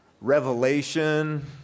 Revelation